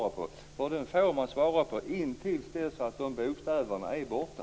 Den får man svara på till dess att bokstäverna är borta.